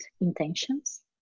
intentions